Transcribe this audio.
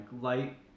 light